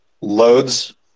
loads